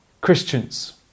Christians